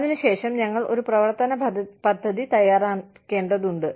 അതിനുശേഷം ഞങ്ങൾ ഒരു പ്രവർത്തന പദ്ധതി തയ്യാറാക്കേണ്ടതുണ്ട്